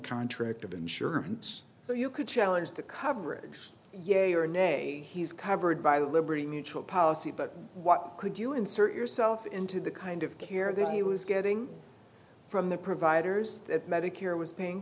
contract of insurance so you could challenge the coverage yea or nay he's covered by the liberty mutual policy but what could you insert yourself into the kind of care that he was getting from the providers that medicare was paying